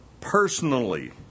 personally